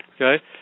okay